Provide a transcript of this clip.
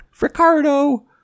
Ricardo